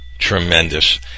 Tremendous